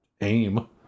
aim